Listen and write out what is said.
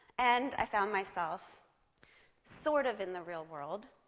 and i found myself sort of in the real world,